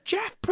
Jeff